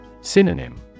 Synonym